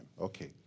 Okay